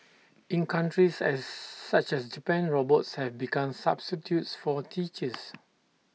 in countries as such as Japan robots have become substitutes for teachers